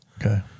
Okay